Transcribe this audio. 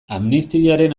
amnistiaren